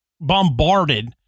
bombarded